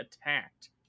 attacked